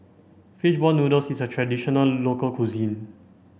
fish ball noodles is a traditional local cuisine